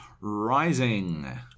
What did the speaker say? Rising